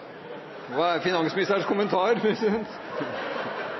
Hva er finansministerens kommentar?